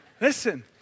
Listen